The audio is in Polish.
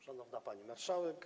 Szanowna Pani Marszałek!